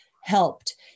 helped